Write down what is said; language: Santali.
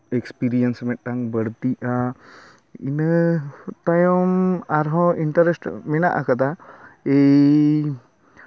ᱮᱠᱥᱯᱮᱨᱤᱭᱮᱱᱥ ᱢᱤᱫᱴᱟᱱ ᱵᱟᱹᱲᱛᱤᱜᱼᱟ ᱤᱱᱟᱹ ᱛᱟᱭᱚᱢ ᱟᱨᱦᱚᱸ ᱤᱱᱴᱟᱨᱮᱥᱴ ᱢᱮᱱᱟᱜ ᱟᱠᱟᱫᱟ ᱤᱧ